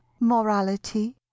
morality